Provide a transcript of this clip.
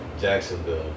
Jacksonville